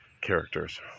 characters